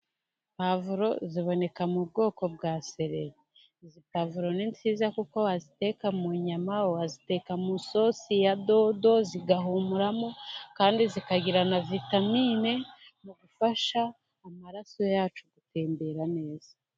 Pavuro ziboneka mu bwoko bwa sereri, pavuro ni nziza kuko waziteka mu nyama, waziteka mu sosi ya dodo zigahumuramo , kandi zikagira na vitamine mu gufasha amaraso yacu gutembera neza.